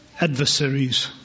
adversaries